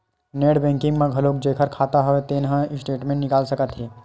net banking म घलोक जेखर खाता हव तेन ह स्टेटमेंट निकाल सकत हे